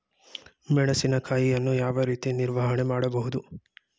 ಮೆಣಸಿನಕಾಯಿಯನ್ನು ಯಾವ ರೀತಿ ನಿರ್ವಹಣೆ ಮಾಡಬಹುದು?